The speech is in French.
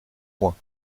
point